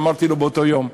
אמרתי לו באותו יום: